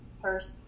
first